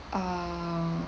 uh